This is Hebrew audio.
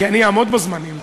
כי אני אעמוד בזמנים,